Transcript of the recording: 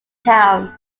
town